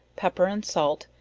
pepper and salt,